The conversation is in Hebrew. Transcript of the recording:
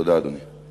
תודה, אדוני.